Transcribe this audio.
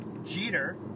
Jeter